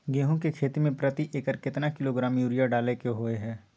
गेहूं के खेती में प्रति एकर केतना किलोग्राम यूरिया डालय के होय हय?